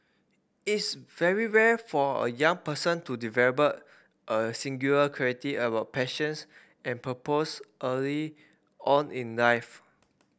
it's very rare for a young person to develop a singular clarity about passions and purpose early on in life